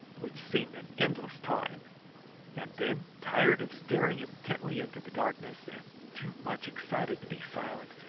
which seemed an endless time and then, tired of staring intently into the darkness, and too much excited to be silent,